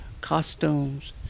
costumes